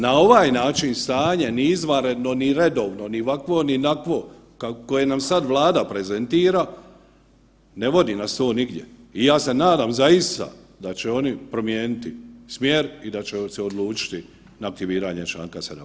Na ovaj način stanje, ni izvanredno ni redovno ni ovakvo ni onakvo koje nam sad Vlada prezentira, ne vodi nas to nigdje i ja se nadam zaista da će oni promijeniti smjer i da će se odlučiti na aktiviranje čl. 17.